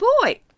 boy